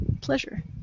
Pleasure